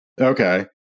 Okay